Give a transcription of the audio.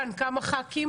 כאן יותר כיף.